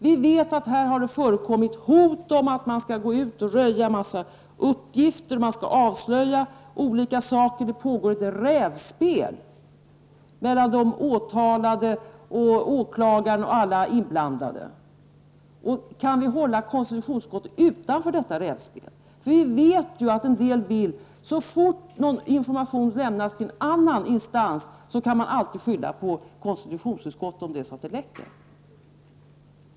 Vi vet att det har förekommit hot om att man skall röja en massa uppgifter, att man skall avslöja olika saker. Det pågår ett rävspel mellan de åtalade och åklagaren och alla inblandade. Kan man hålla konstitutionsutskottet utanför detta rävspel? Vi vet ju att det finns de som anser att så fort information lämnats till någon annan instans kan man alltid skylla på konstitutionsutskottet om informationen läcker ut.